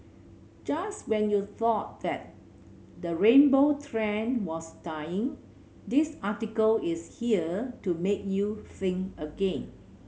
just when you thought that the rainbow trend was dying this article is here to make you think again